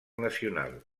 nacional